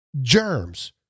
germs